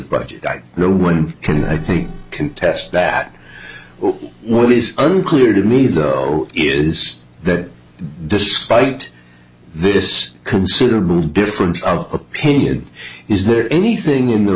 but no one can i think contest that what is unclear to me though is that despite this considerable difference of opinion is there anything in the